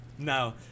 No